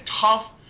tough